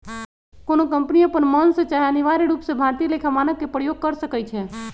कोनो कंपनी अप्पन मन से चाहे अनिवार्य रूप से भारतीय लेखा मानक के प्रयोग कर सकइ छै